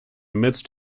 midst